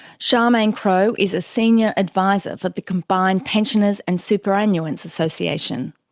charmaine crowe is a senior adviser for the combined pensioners and superannuants' association.